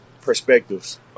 perspectives